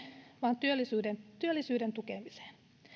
vaan työllisyyden työllisyyden tukemiseen